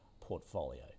portfolio